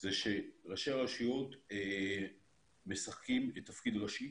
זה שראשי הרשויות משחקים תפקיד ראשי